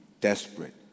desperate